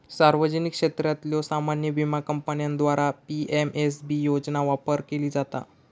सार्वजनिक क्षेत्रातल्यो सामान्य विमा कंपन्यांद्वारा पी.एम.एस.बी योजना ऑफर केली जाता